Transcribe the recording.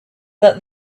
that